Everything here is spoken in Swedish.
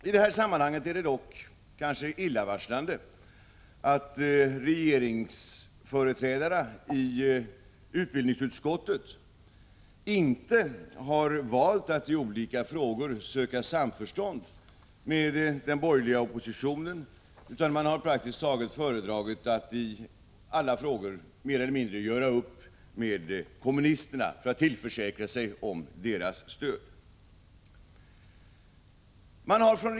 I det här sammanhanget är det dock illavarslande att regeringsföreträdarnaiutbildningsutskottet inte i alla frågor har velat söka samförstånd med den borgerliga oppositionen utan föredragit att i praktiskt taget alla frågor mer eller mindre göra upp med kommunisterna för att tillförsäkra sig deras stöd.